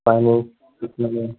finance कितने में